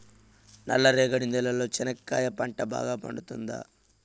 నల్ల రేగడి నేలలో చెనక్కాయ పంట బాగా పండుతుందా?